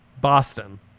Boston